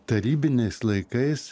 tarybiniais laikais